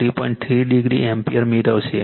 3 degree ampere મેળવશે